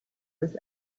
was